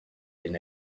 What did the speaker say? been